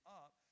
up